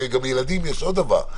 הרי גם ילדים יש עוד דבר,